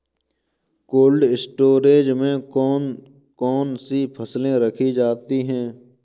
Cold storage में कौन कौन सी फसलें रखी जाती हैं?